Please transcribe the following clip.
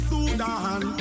Sudan